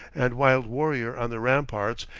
and wild warrior on the ramparts,